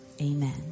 Amen